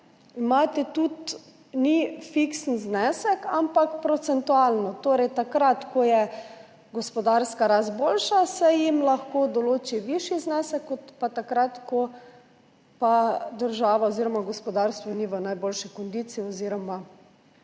tudi ni fiksen znesek, ampak procentualno. Torej takrat, ko je gospodarska rast boljša, se jim lahko določi višji znesek kot pa takrat, ko država oziroma gospodarstvo ni v najboljši kondiciji